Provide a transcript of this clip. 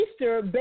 Easter